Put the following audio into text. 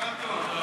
מזל טוב.